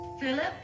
Philip